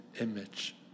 image